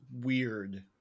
weird